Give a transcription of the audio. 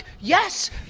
Yes